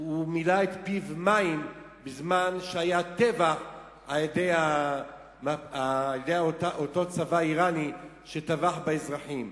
הוא מילא את פיו מים בזמן שהיה טבח על-ידי אותו צבא אירני שטבח באזרחים.